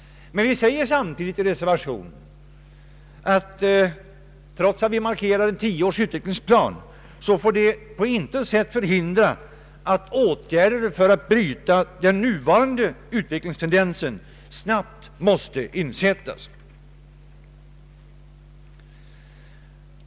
Men vi säger samtidigt i reservationen att det faktum att vi markerar en tioårig utvecklingsplan inte på något sätt får förhindra att åtgärder snabbt insättes för att bryta den nuvarande utvecklingstendensen.